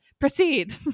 proceed